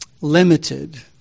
limited